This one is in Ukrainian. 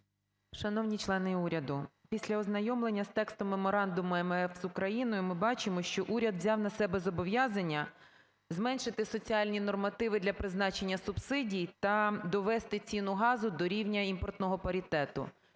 Шановні члени уряду, після ознайомлення із текстом Меморандуму МВФ з Україною ми бачимо, що уряд взяв на себе зобов'язання зменшити соціальні нормативи для призначення субсидій та довести ціну газу до рівня імпортного паритету.